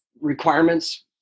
requirements